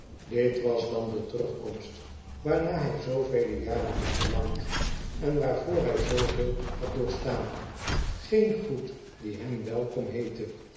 dit was dan de terugkomst waarnaar hij zoovele jaren had verlangd en waarvoor hij zooveel had doorstaan geen groet die hem welkom heettej